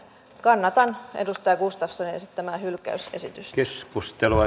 kannatan edustaja gustafssonin esittämää hylkäysesitystä